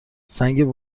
سنگ